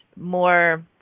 more